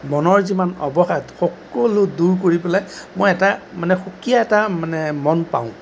মনৰ যিমান অৱসাদ সকলো দূৰ কৰি পেলাই মই এটা মানে সুকীয়া এটা মানে মন পাওঁ